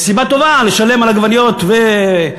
יש סיבה טובה לשלם על עגבניות וחצילים,